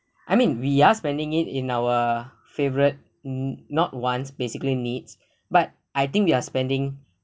I mean we are spending it in our favorite mm not wants basically needs but I think we're spending